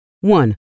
One